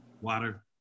Water